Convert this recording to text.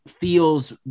feels